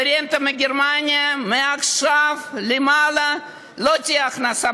והרנטה מגרמניה מעכשיו והלאה לא תהיה הכנסה